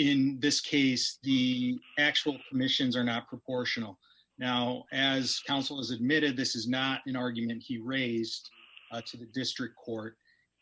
in this case he actually commissions are not proportional now as counsel is admitted this is not an argument he raised to the district court